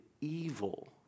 evil